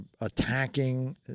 attacking